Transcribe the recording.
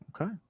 Okay